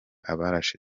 abarashe